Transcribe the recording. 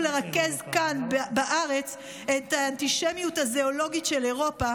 לרכז כאן בארץ את האנטישמיות הזואולוגית של אירופה